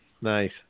Nice